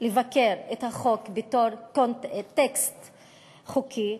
לבקר את החוק בתור טקסט חוקי,